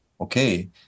okay